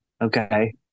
okay